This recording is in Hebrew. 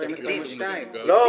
הרווחה והשירותים החברתיים חיים כץ: לא,